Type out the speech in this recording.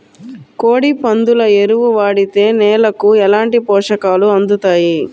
కోడి, పందుల ఎరువు వాడితే నేలకు ఎలాంటి పోషకాలు అందుతాయి